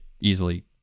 easily